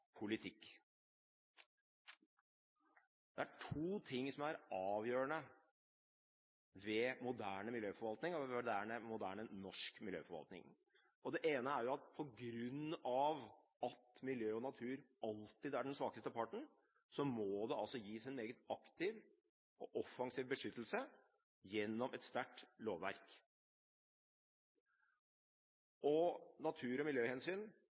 er to ting som er avgjørende ved moderne miljøforvaltning og ved moderne, norsk miljøforvaltning. Det ene er at siden miljø og natur alltid er den svakeste parten, må det gis en meget aktiv og offensiv beskyttelse gjennom et sterkt lovverk. Natur- og miljøhensyn